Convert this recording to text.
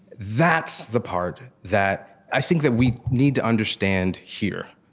that's the part that i think that we need to understand here,